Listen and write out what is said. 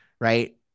right